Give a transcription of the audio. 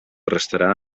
restarà